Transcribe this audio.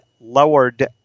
lowered